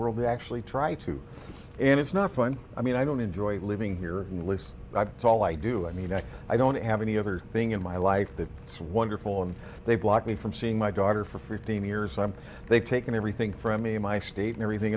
world to actually try to and it's not fun i mean i don't enjoy living here in the list i've tall i do i mean i don't have any other thing in my life that it's wonderful and they blocked me from seeing my daughter for fifteen years and they've taken everything from me in my state and everything